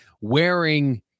wearing